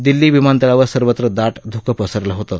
दिल्ली विमानतळावर सर्वत्र दाट ध्कं पसरलं होतं